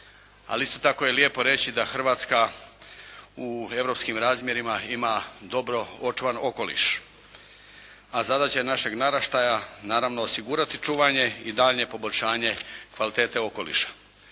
isto tako je lijepo reći da Hrvatska u europskim razmjerima ima dobro očuvan okoliš, a zadaća je našeg naraštaja naravno osigurati čuvanje i daljnje poboljšanje kvalitete okoliša.